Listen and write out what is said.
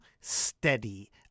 Steady